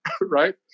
right